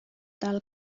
tal